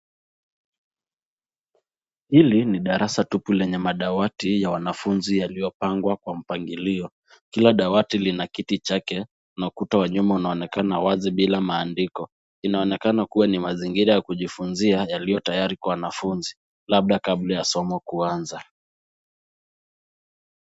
Hili ni darasa tupu lenye madawati ya wanafunzi yaliyopangwa kwa mpangilio. kila dawati lina kiti chake na ukuta wa nyuma unaonekana wazi bila matandiko. Inaonekana kuwa ni mazingira ya kujifunzia yaliyo tayari kwa wanafunzi labda kabla ya somo kuanza.